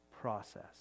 process